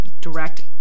direct